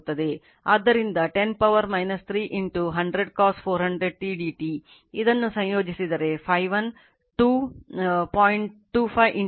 ಆದ್ದರಿಂದ 10 power 3 100 cos 400 t dt ಇದನ್ನು ಸಂಯೋಜಿಸಿದರೆ Φ1 2 0